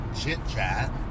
chit-chat